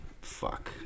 fuck